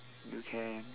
you can